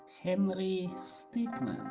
henry stickmin.